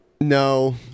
No